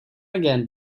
again